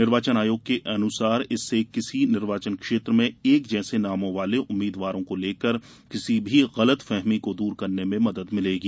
निर्वाचन आयोग के अनुसार इससे किसी निर्वाचन क्षेत्र में एक जैसे नामों वाले उम्मीदवारों को लेकर किसी भी गलतफहमी को दूर करने में मदद मिलेगी